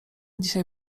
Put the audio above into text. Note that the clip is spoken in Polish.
dzisiaj